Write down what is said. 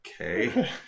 okay